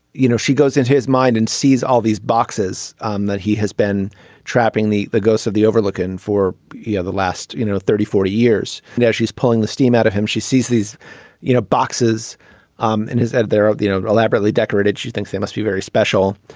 you know she goes in his mind and sees all these boxes um that he has been trapping the the ghosts of the overlook in for yeah the last you know thirty forty years. now she's pulling the steam out of him she sees these you know boxes um in his head they're you know elaborately decorated. she thinks they must be very special.